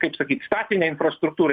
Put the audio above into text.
kaip sakyt statinę infrastruktūrą